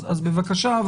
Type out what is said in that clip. אז בבקשה.